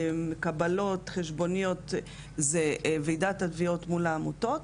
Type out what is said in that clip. קבלות וחשבוניות זו וועידת התביעות מול העמותות.